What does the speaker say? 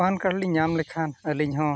PAN card ᱞᱤᱧ ᱧᱟᱢ ᱞᱮᱠᱷᱟᱱ ᱟᱹᱞᱤᱧᱦᱚᱸ